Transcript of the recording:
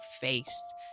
face